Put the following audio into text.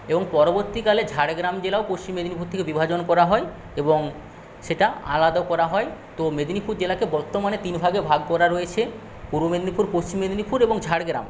এবং পরবর্তীকালে ঝাড়গ্রাম জেলাও পশ্চিম মেদিনীপুর থেকে বিভাজন করা হয় এবং সেটা আলাদা করা হয় তো মেদিনীপুর জেলাকে বর্তমানে তিন ভাগে ভাগ করা রয়েছে পূর্ব মেদিনীপুর পশ্চিম মেদিনীপুর এবং ঝাড়গ্রাম